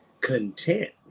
content